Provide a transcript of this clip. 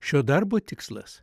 šio darbo tikslas